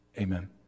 Amen